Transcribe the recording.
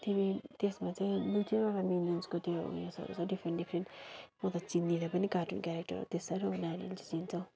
तिमी त्यसमा चाहिँ दुई तिनवटा मिन्यन्सको त्यो उयसहरू छ डिफ्रेन्ट डिफ्रेन्ट म त चिन्दिनँ पनि कार्टुन क्यारेक्टर त्यति साह्रो नानीले चाहिँ चिन्छ हौ